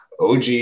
OG